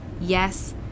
Yes